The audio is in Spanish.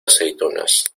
aceitunas